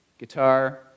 Guitar